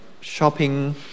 shopping